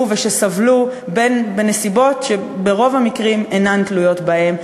ושסבלו בנסיבות שברוב המקרים אינן תלויות בהם,